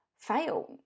fail